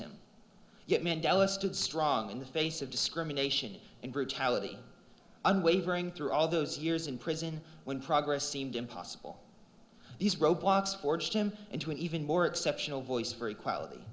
him yet mandela stood strong in the face of discrimination and brutality unwavering through all those years in prison when progress seemed impossible these roadblocks forced him into an even more exceptional voice for equality